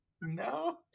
No